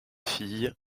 fille